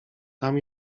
tam